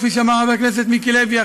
כפי שאמר חבר הכנסת מיקי לוי,